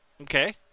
okay